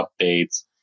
updates